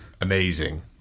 amazing